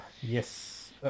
Yes